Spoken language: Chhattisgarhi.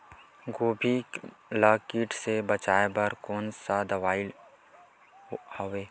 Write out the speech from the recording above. गोभी ल कीट ले बचाय बर कोन सा दवाई हवे?